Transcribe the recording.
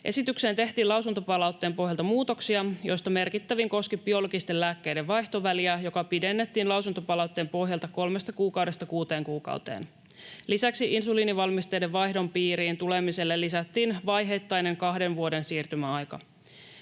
Esitykseen tehtiin lausuntopalautteen pohjalta muutoksia, joista merkittävin koski biologisten lääkkeiden vaihtoväliä, joka pidennettiin lausuntopalautteen pohjalta kolmesta kuukaudesta kuuteen kuukauteen. Lisäksi insuliinivalmisteiden vaihdon piiriin tulemiselle lisättiin vaiheittainen kahden vuoden siirtymäaika.